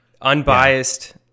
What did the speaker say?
Unbiased